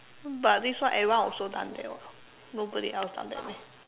but this one everyone also done that [what] nobody else done that meh